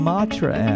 Matra